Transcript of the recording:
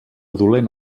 dolent